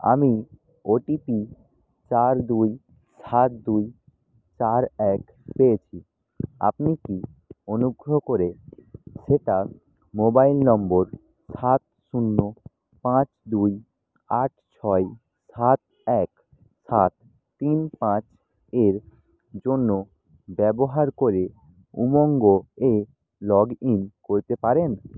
আমি ওটিপি চার দুই সাত দুই চার এক পেয়েছি আপনি কি অনুগ্রহ করে সেটা মোবাইল নম্বর সাত শূন্য পাঁচ দুই আট ছয় সাত এক সাত তিন পাঁচ এর জন্য ব্যবহার করে উমঙ্গ এ লগ ইন করতে পারেন